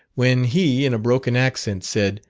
when he in a broken accent said,